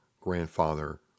grandfather